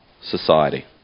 society